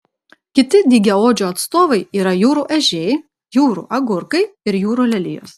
kiti dygiaodžių atstovai yra jūrų ežiai jūrų agurkai ir jūrų lelijos